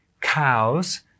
cows